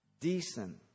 decent